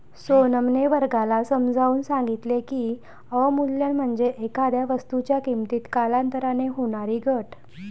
सोनमने वर्गाला समजावून सांगितले की, अवमूल्यन म्हणजे एखाद्या वस्तूच्या किमतीत कालांतराने होणारी घट